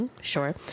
sure